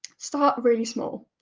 start really small.